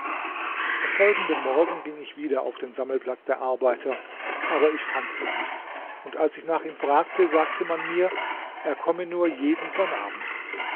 am folgenden morgen ging ich wieder auf den sammelplatz der arbeiter aber ich fand ihn nicht und als ich nach ihm fragte sagte man mir er komme nur jeden sonnabend